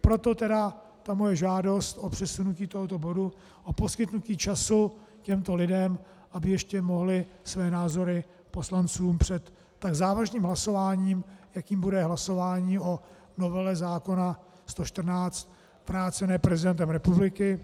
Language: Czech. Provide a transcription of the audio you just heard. Proto tedy ta moje žádost o přesunutí tohoto bodu, o poskytnutí času těmto lidem, aby ještě mohli své názory poslancům před tak závažným hlasováním, jakým bude hlasování o novele zákona 114 vrácené prezidentem republiky